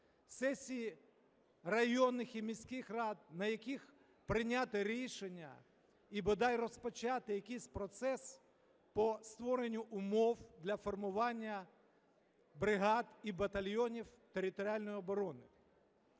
сесії районних і міських рад, на яких прийняти рішення і бодай розпочати якийсь процес по створенню умов для формування бригад і батальйонів територіальної оборони?